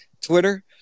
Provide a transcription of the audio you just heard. Twitter